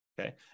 Okay